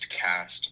cast